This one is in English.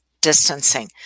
distancing